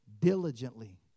diligently